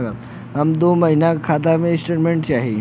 हमके दो महीना के खाता के स्टेटमेंट चाही?